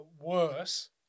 worse